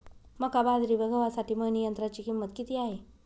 मका, बाजरी व गव्हासाठी मळणी यंत्राची किंमत किती आहे?